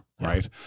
right